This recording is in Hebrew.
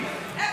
קשור.